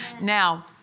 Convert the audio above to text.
Now